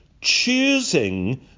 choosing